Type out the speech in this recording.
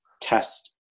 test